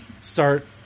start